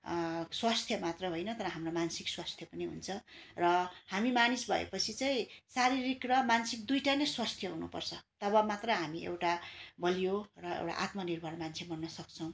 स्वस्थ्य मात्र होइन तर हाम्रो मानसिक स्वस्थ्य पनि हुन्छ र हामी मानिस भयोपछि चाहिँ शारीरिक र मानसिक दुईवटै नै स्वस्थ्य हुनुपर्छ तब मात्र हामी एउटा बलियो र एउटा आत्मनिर्भर मान्छे बन्नसक्छौँ